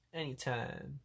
anytime